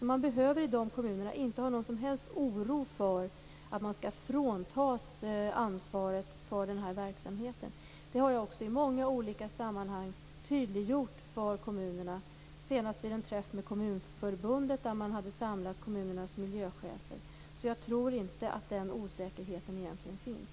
Man behöver alltså i de kommunerna inte känna någon som helst oro för att bli fråntagen ansvaret för den här verksamheten. Detta har jag också i många olika sammanhang tydliggjort för kommunerna, senast vid en träff med Kommunförbundet där man hade samlat kommunernas miljöchefer. Jag tror alltså inte att den osäkerheten egentligen finns.